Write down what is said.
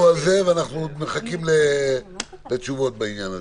דיברנו על זה, אנחנו מחכים לתשובות בעניין הזה.